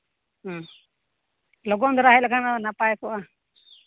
ᱞᱚᱜᱚᱱ ᱫᱷᱟᱨᱟ ᱦᱮᱡ ᱞᱮᱠᱷᱟᱱ ᱫᱚ ᱱᱟᱯᱟᱭ ᱠᱚᱜᱼᱟ